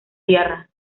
tierra